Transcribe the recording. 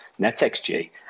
NetXG